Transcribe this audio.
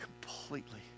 completely